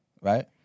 right